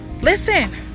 Listen